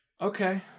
Okay